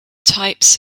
types